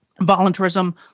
voluntarism